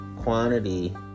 quantity